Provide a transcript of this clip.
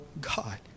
God